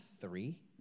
three